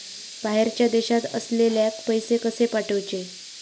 बाहेरच्या देशात असलेल्याक पैसे कसे पाठवचे?